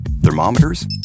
thermometers